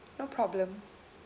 no problem